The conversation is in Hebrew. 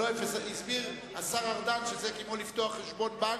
הסביר השר ארדן שזה כמו לפתוח חשבון בנק,